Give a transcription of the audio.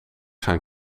gaan